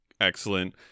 Excellent